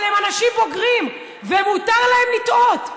אבל הם אנשים בוגרים ומותר להם לטעות.